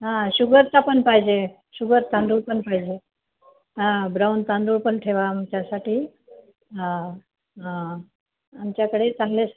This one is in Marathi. हां शुगरचा पण पाहिजे शुगर तांदूळ पण पाहिजे हां ब्राऊन तांदूळ पण ठेवा आमच्यासाठी हां हां आमच्याकडे चांगले